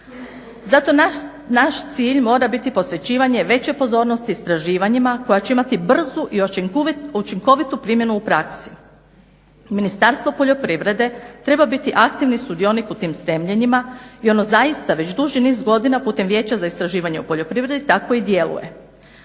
Zato naš cilj mora biti posvećivanje veće pozornosti istraživanjima koja će imati brzu i učinkovitu primjenu u praksi. Ministarstvo poljoprivrede treba biti aktivni sudionik u tim stremljenjima i ono zaista već duži niz godina putem Vijeća za istraživanje u poljoprivredi tako i djeluje.